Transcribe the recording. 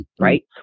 right